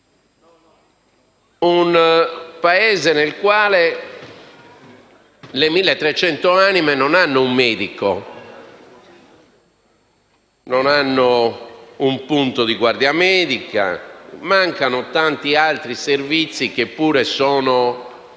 Un paese nel quale le 1.300 anime non hanno un medico, non hanno un punto di guardia medica, dove mancano tanti altri servizi che pure sono